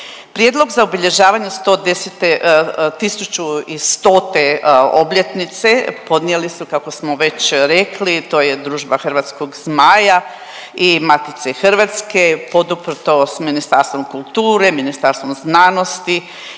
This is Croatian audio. Prijedlog za obilježavanje 1100 obljetnice podnijeli su kako smo već rekli, to je Družba hrvatskog zmaja i Matice Hrvatske poduprto s Ministarstvom kulture, Ministarstvom znanosti